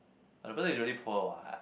and the person is really poor what